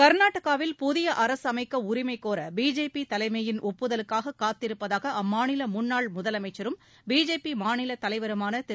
கர்நாடகாவில் புதிய அரசு அமைக்க உரிமை கோர பிஜேபி தலைமையின் ஒப்புதலுக்காக காத்திருப்பதாக அம்மாநில முன்னாள் முதலமைச்சரும் பிஜேபி மாநிலத் தலைவருமான திரு